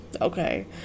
Okay